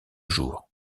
jour